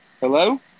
Hello